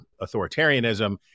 authoritarianism